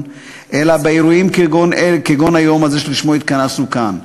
אלא באירועים כגון היום הזה שלשמו התכנסנו כאן,